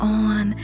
on